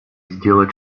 сделал